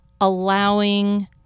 allowing